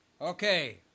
Okay